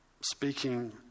speaking